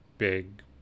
big